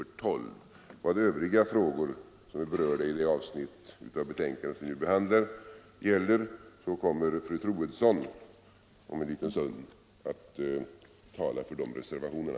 När det gäller övriga frågor som är berörda i det avsnitt av betänkandet som vi nu behandlar kommer fru Troedsson om en liten stund att tala för de reservationerna.